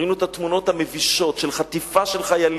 וראינו את התמונות המבישות של חטיפה של חיילים.